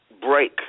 break